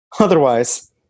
Otherwise